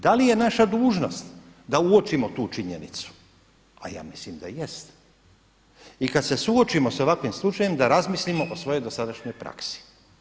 Da li je naša dužnost da uočimo tu činjenicu, a ja mislim da jest i kada se suočimo sa ovakvim slučajem da razmislimo o svojoj dosadašnjoj praksi.